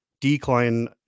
decline